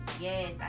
yes